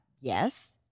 yes